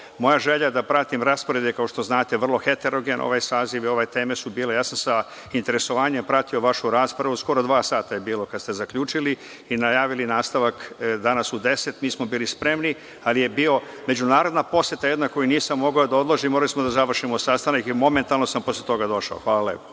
moja želja da pratim rasporede kao što znate vrlo heterogeno. Ovaj saziv i ove teme su bile… Ja sam sa interesovanjem pratio vašu raspravu. Skoro dva sata je bilo kada ste zaključili i najavili nastavak danas u deset. Mi smo bili spremni, ali je bila međunarodna poseta koju nisam mogao da odložim, morali smo da završimo sastanak i momentalno sam posle toga došao. Hvala lepo.